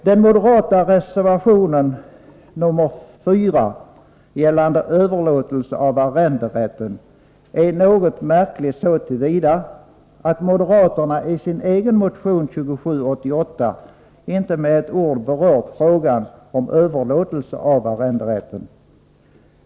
Den moderata reservationen 4 gällande överlåtelse av arrenderätten är något märklig så till vida att moderaterna i sin egen motion 2788 inte med ett ord berört frågan om överlåtelse av arrenderätten.